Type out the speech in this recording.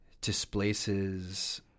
displaces